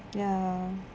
ya